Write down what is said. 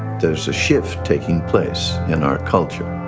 there's a shift taking place in our culture.